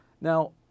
Now